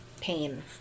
pain